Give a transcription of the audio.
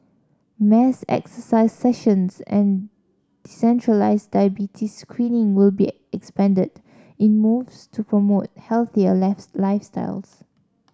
mass exercise sessions and centralised diabetes screening will be expanded in moves to promote healthier lifestyles